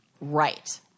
Right